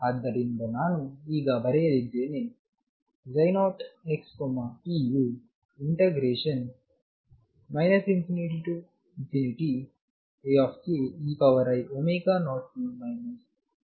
ಆದ್ದರಿಂದ ನಾನು ಈಗ ಬರೆಯಲಿದ್ದೇನೆ xtವು ∞Akei0t k0xeidωdkk0k kxdkಗೆ ಸಮನಾಗಿದೆ